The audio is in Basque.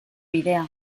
bidea